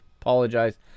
apologize